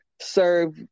serve